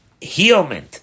healment